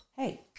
Hey